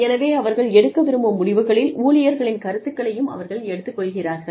எனவே அவர்கள் எடுக்க விரும்பும் முடிவுகளில் ஊழியர்களின் கருத்துகளையும் அவர்கள் எடுத்துக் கொள்கிறார்கள்